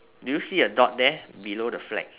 do you see a dot there below the flag